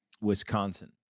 Wisconsin